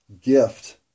gift